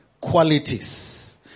qualities